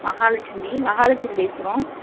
மகாலெட்சுமி மகாலெட்சுமி பேசுகிறோம்